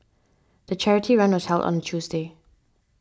the charity run was held on Tuesday